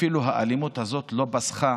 האלימות הזאת לא פסחה